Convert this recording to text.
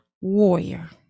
warrior